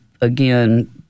again